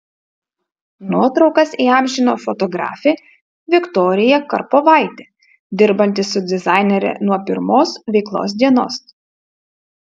nuotraukas įamžino fotografė viktorija karpovaitė dirbanti su dizainere nuo pirmos veiklos dienos